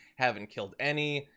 haven't killed any.